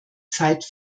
zeit